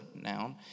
noun